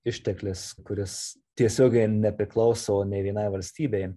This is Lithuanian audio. išteklis kuris tiesiogiai nepriklauso nei vienai valstybei